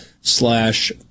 slash